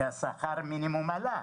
כי שכר המינימום עלה,